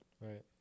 Right